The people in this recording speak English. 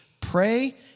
pray